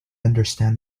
understand